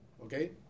Okay